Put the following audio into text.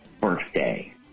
birthday